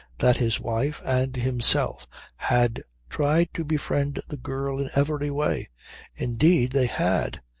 that his wife and himself had tried to befriend the girl in every way indeed they had!